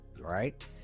Right